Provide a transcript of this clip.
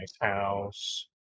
house